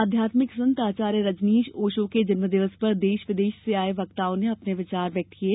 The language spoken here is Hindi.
आध्यात्मिक संत आचार्य रजनीश ओशो के जन्मदिवस पर देश विदेश से आए वेक्ताओं ने अपने अपने विचार रखे